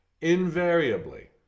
Invariably